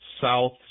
South